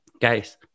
guys